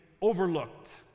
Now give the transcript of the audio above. overlooked